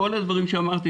כל הדברים שאמרתי,